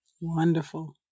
Wonderful